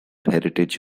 heritage